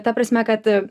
ta prasme kad